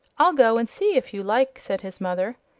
i'll go and see if you like, said his mother.